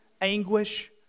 anguish